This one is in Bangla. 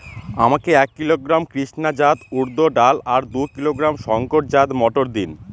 আমাকে এক কিলোগ্রাম কৃষ্ণা জাত উর্দ ডাল আর দু কিলোগ্রাম শঙ্কর জাত মোটর দিন?